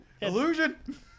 illusion